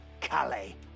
Calais